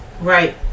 Right